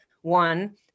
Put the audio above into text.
one